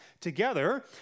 together